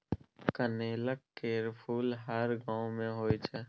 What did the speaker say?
कनेलक केर फुल हर गांव मे होइ छै